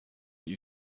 you